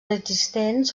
existents